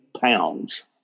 pounds